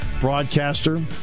broadcaster